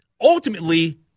ultimately